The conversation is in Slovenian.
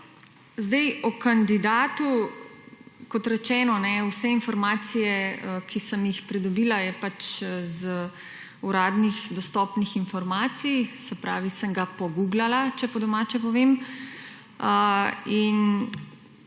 Zdaj o kandidatu kot rečeno, vse informacije, ki sem jih pridobila, je z uradnih dostopnih informacij, se pravi, sem ga poguglala, če po domače povem, in